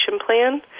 Plan